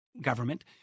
government